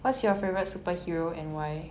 what's your favourite superhero and why